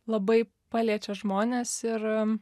labai paliečia žmones ir